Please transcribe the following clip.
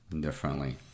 differently